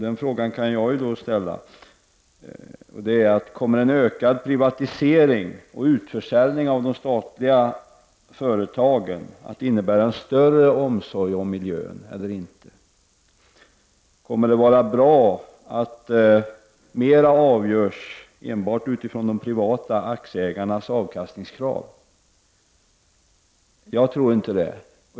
Den frågan kan jag ställa: Kommer en ökad privatisering och utförsäljning av de statliga företagen att innebära större omsorg om miljön eller inte? Kommer det att vara bra att mera avgörs enbart utifrån de privata aktieägarnas avkastningskrav? Det tror jag inte.